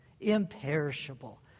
imperishable